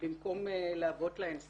במקום להוות להן סעד.